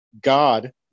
god